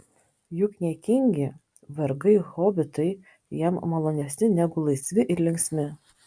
juk niekingi vergai hobitai jam malonesni negu laisvi ir linksmi